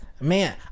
Man